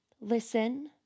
listen